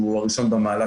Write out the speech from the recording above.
שהוא הראשון במעלה,